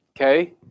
okay